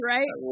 Right